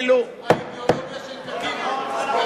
זה נגד האידיאולוגיה של קדימה.